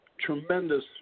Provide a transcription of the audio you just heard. Tremendous